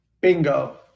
bingo